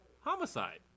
homicide